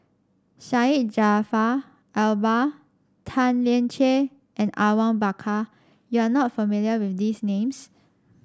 Syed Jaafar Albar Tan Lian Chye and Awang Bakar you are not familiar with these names